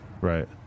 right